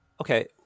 okay